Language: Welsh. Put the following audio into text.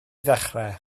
ddechrau